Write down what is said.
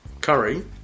curry